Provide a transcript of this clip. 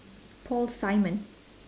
paul simon